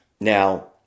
Now